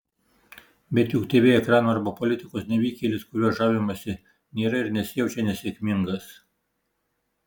bet juk tv ekranų arba politikos nevykėlis kuriuo žavimasi nėra ir nesijaučia nesėkmingas